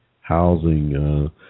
housing